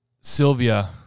Sylvia